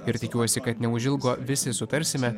ir tikiuosi kad neužilgo visi sutarsime